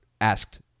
asked